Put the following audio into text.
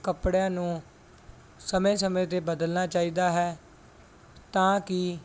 ਕੱਪੜਿਆਂ ਨੂੰ ਸਮੇਂ ਸਮੇਂ 'ਤੇ ਬਦਲਣਾ ਚਾਹੀਦਾ ਹੈ ਤਾਂ ਕਿ